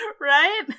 Right